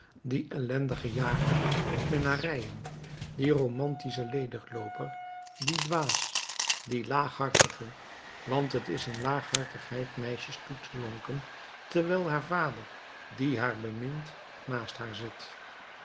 dien ellendigen jager op minnarijen dien romantischen lediglooper dien dwaas dien laaghartige want t is een laaghartigheid meisjes toe te lonken terwijl haar vader die haar bemint naast haar zit